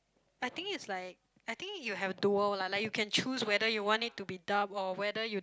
I think it's like I think you have dual lah like you can choose whether you want it to be dubbed or whether you